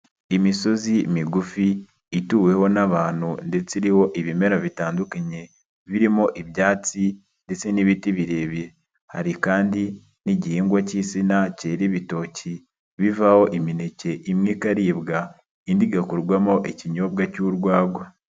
Imisozi migufi ituweho n'abantu ndetse iriho ibimera bitandukanye, birimo ibyatsi ndetse n'ibiti birebire. Hari kandi n'igihingwa cy'insina cyera ibitoki bivaho imineke imwe ikaribwa indi igakorwamo ikinyobwa cy'urwagwa.